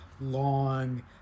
long